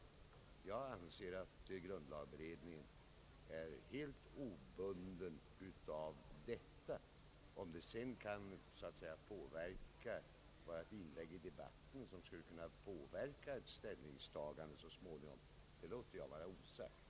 Men jag anser att grundlagberedningen är helt obunden av detta. Om detta inlägg i debatten i sin tur skulle kunna påverka vårt ställningstagande så småningom, låter jag vara osagt.